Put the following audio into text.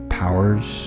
powers